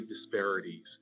disparities